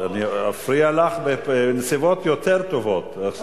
אני אפריע לך בנסיבות יותר טובות.